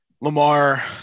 Lamar